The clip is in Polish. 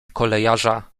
kolejarza